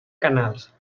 canals